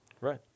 Right